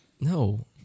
No